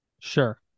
sure